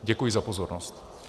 Děkuji za pozornost.